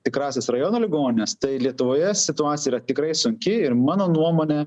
tikrąsias rajono ligonines tai lietuvoje situacija yra tikrai sunki ir mano nuomone